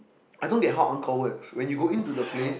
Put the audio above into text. I thought they Angkor-Wat when you go in to the place